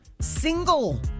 single